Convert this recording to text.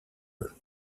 her